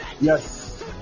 yes